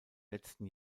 letzten